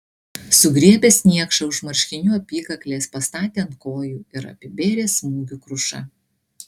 sugriebęs niekšą už marškinių apykaklės pastatė ant kojų ir apibėrė smūgių kruša